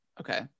Okay